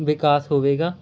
ਵਿਕਾਸ ਹੋਵੇਗਾ